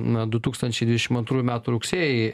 na du tūkstančiai dvidešim antrųjų metų rugsėjį